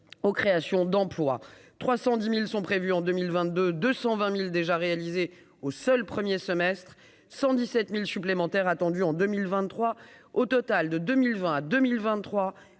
aux créations d'emplois, 310000 sont prévues en 2022 220000 déjà réalisées au seul 1er semestre 117000 supplémentaires attendus en 2023 au total de 2020 à 2023